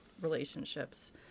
relationships